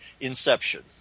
Inception